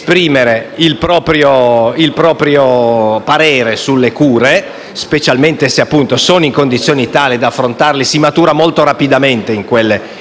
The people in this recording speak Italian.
specialmente se sono in condizioni tali da affrontarle, perché si matura molto rapidamente in quelle circostanze, sia bambini totalmente privi della possibilità,